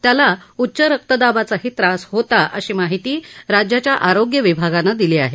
त्याला उच्च रक्तदाबाचाही त्रास होता अशी माहिती माहिती राज्याच्या आरोग्य विभागानं दिली आहे